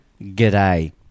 G'day